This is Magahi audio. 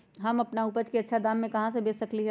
हम अपन उपज अच्छा दाम पर कहाँ बेच सकीले ह?